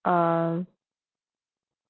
um